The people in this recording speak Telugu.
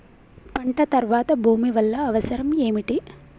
పంట తర్వాత భూమి వల్ల అవసరం ఏమిటి?